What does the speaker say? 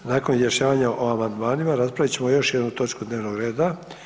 Nakon izjašnjavanja o amandmanima, raspravit ćemo još jednu točku dnevnog reda.